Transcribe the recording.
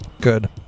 good